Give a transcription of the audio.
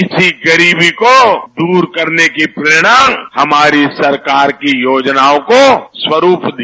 इसी गरीबी को दूर करने की प्रेरणा ने हमारी सरकार की योजनाओं को स्वरूप दिया